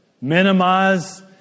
minimize